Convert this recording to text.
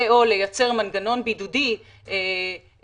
ו/או לייצר מנגנון בידודי שלפחות